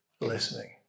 listening